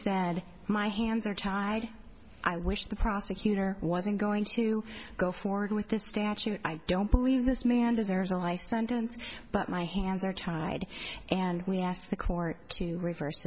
said my hands are tied i wish the prosecutor wasn't going to go forward with this statute i don't believe this man deserves a life sentence but my hands are tied and we asked the court to reverse